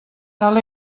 tal